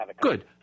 Good